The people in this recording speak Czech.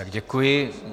Děkuji.